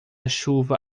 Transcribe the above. chuva